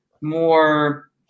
more